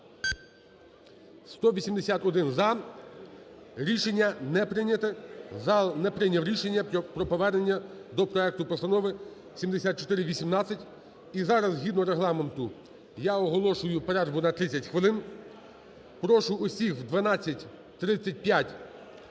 За-181 Рішення не прийнято. Зал не прийняв рішення про повернення до проекту Постанови 7418. І зараз згідно Регламенту я оголошую перерву на 30 хвилин. Прошу всіх о 12:35